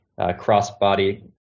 Crossbody